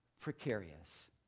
precarious